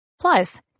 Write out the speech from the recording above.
Plus